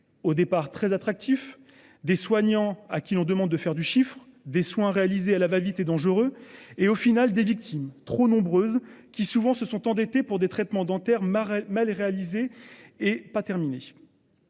au départ très attractif des soignants à qui l'on demande de faire du chiffre des soins réalisés à la va-vite et dangereux et au final des victimes trop nombreuses qui souvent se sont endettés pour des traitements dentaires marraine mal réalisé est pas terminé.